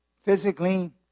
physically